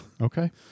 Okay